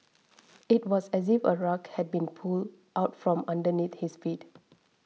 it was as if a rug had been pulled out from underneath his feet